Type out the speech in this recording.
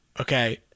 Okay